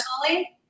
personally